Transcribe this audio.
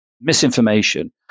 misinformation